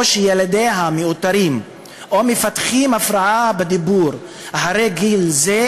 או שילדיה מאותרים או מפתחים הפרעה בדיבור אחרי גיל זה,